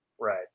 Right